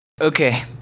Okay